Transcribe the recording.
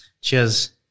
Cheers